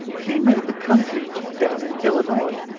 he made the country down in illinois,